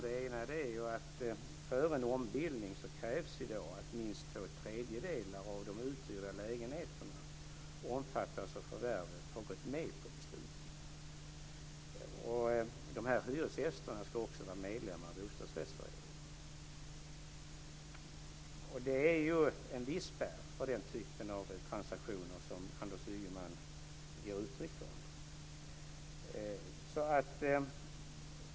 Det ena är att före en ombildning så krävs det att innehavarna till minst två tredjedelar av de uthyrda lägenheterna som omfattas av förvärvet har gått med på beslutet. Dessa hyresgäster ska också vara medlemmar i bostadsrättsföreningen. Det är ju en viss spärr för den typen av transaktioner som Anders Ygeman ger uttryck för.